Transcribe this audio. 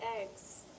eggs